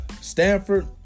Stanford